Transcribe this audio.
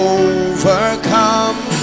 overcome